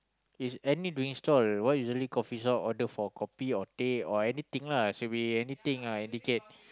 is any drink stall what usually coffee shop order for kopi or teh or anything lah should be anything ah indicate